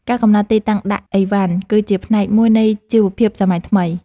ការកំណត់ទីតាំងដាក់ឥវ៉ាន់ គឺជាផ្នែកមួយនៃជីវភាពសម័យថ្មី។